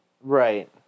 Right